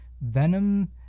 Venom